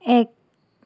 এক